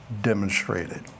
demonstrated